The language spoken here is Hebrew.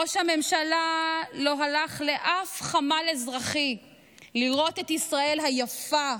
ראש הממשלה לא הלך לאף חמ"ל אזרחי לראות את ישראל היפה,